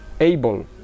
able